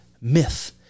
myth